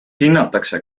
hinnatakse